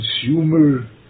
consumer